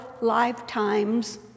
lifetimes